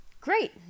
Great